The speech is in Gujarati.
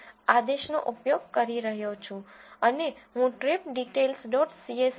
csv આદેશનો ઉપયોગ કરી રહ્યો છું અને હું ટ્રીપ ડિટેઈલ્સ ડોટ સીએસવીtripDetails